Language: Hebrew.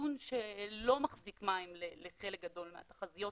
טיעון שלא מחזיק מים לחלק גדול מהתחזיות